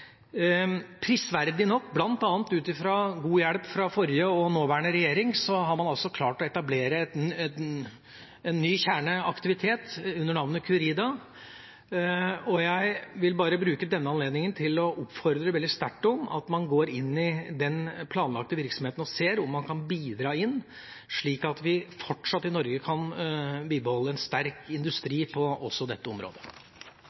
Prisverdig nok, bl.a. ut fra god hjelp fra forrige og nåværende regjering, har man klart å etablere en ny kjerneaktivitet under navnet Curida. Og jeg vil bruke denne anledningen til å oppfordre veldig sterkt om at man går inn i den planlagte virksomheten og ser om man kan bidra, slik at vi fortsatt i Norge kan bibeholde en sterk industri også på dette området.